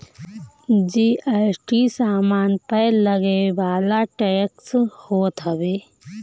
GST सामान पअ लगेवाला टेक्स होत हवे